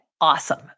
awesome